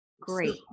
Great